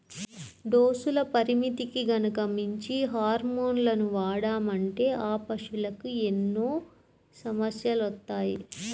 డోసుల పరిమితికి గనక మించి హార్మోన్లను వాడామంటే ఆ పశువులకి ఎన్నో సమస్యలొత్తాయి